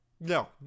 No